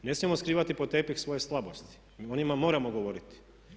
Ne smijemo skrivati pod tepih svoje slabosti, o njima moramo govoriti.